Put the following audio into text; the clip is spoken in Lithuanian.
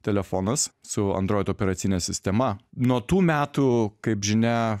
telefonas su android operacine sistema nuo tų metų kaip žinia